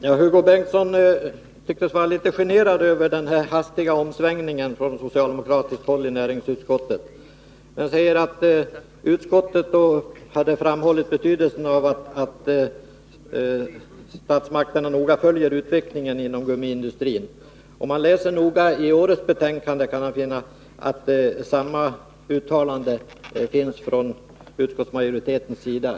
Herr talman! Hugo Bengtsson föreföll generad över den hastiga omsvängningen från socialdemokraterna i näringsutskottet. Han sade att utskottet framhållit betydelsen av att statsmakterna noga följer utvecklingen inom gummiindustrin. Den som noggrant läser årets utskottsbetänkande kan finna samma uttalande från utskottsmajoriteten.